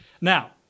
Now